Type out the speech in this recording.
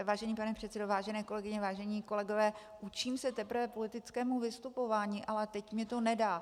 Vážený pane předsedo, vážené kolegyně, vážení kolegové, učím se teprve politickému vstupování, ale teď mi to nedá.